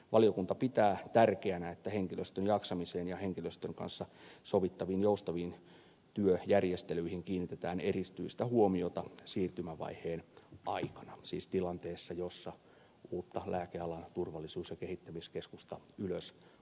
valiokunta pitää tärkeänä että henkilöstön jaksamiseen ja henkilöstön kanssa sovittaviin joustaviin työjärjestelyihin kiinnitetään erityistä huomiota siirtymävaiheen aikana siis tilanteessa jossa uutta lääkealan turvallisuus ja kehittämiskeskusta ylösajetaan